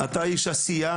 אתה איש עשייה,